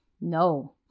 No